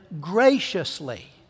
graciously